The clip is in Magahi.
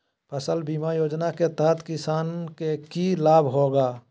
फसल बीमा योजना के तहत किसान के की लाभ होगा?